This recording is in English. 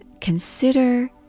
consider